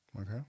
Okay